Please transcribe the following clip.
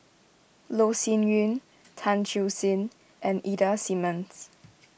Loh Sin Yun Tan Siew Sin and Ida Simmons